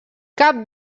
cap